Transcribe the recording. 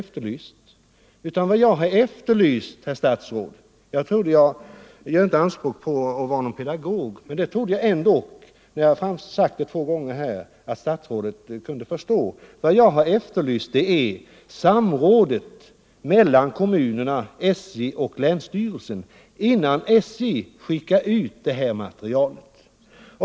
Det har jag ju inte efterlyst. Jag gör visserligen inte anspråk på att vara någon pedagog, men när jag har sagt det två gånger här, trodde jag ändå att statsrådet skulle förstå mig. Vad jag har efterlyst, herr statsråd, är samrådet mellan kommunerna, SJ och länsstyrelsen, innan SJ skickar ut det här materialet.